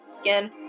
Again